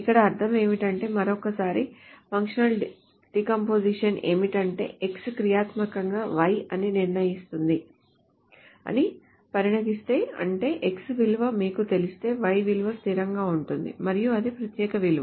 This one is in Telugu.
ఇక్కడ అర్థం ఏమిటంటే మరోసారి ఫంక్షనల్ డీకంపోజిషన్ ఏమిటంటే X క్రియాత్మకంగా Y ని నిర్ణయిస్తుంది అని పరిగణిస్తే అంటే X విలువ మీకు తెలిస్తే Y విలువ స్థిరంగా ఉంటుంది మరియు అది ప్రత్యేక విలువ